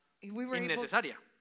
innecesaria